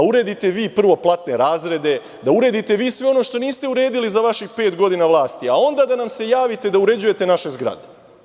Uredite platne razrede, uredite sve ono što niste uredili za vaših pet godina vlasti, a onda nam se javite da uređujete naše zgrade.